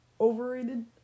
Overrated